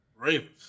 Ravens